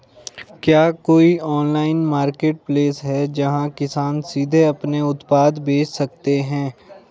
क्या कोई online marketplace है, जहां किसान सीधे अपने उत्पाद बेच सकते हैं?